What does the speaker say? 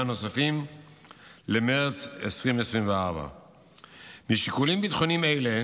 נוספים למרץ 2024. משיקולים ביטחוניים אלה